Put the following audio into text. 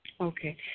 Okay